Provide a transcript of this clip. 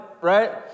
right